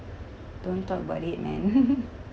don't talk about it man